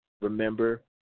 remember